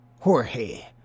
Jorge